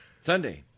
Sunday